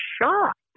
shocked